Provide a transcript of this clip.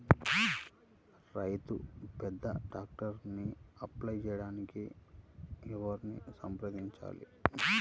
రైతు పెద్ద ట్రాక్టర్కు అప్లై చేయడానికి ఎవరిని సంప్రదించాలి?